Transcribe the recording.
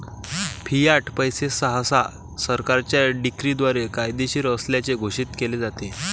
Fiat पैसे सहसा सरकारच्या डिक्रीद्वारे कायदेशीर असल्याचे घोषित केले जाते